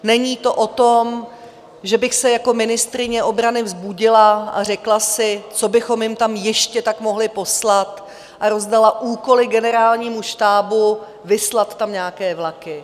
Není to o tom, že bych se jako ministryně obrany vzbudila a řekla si: Co bychom jim tam ještě tak mohli poslat, a rozdala úkoly generálnímu štábu vyslat tam nějaké vlaky.